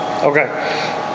Okay